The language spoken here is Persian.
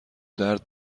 درد